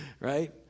right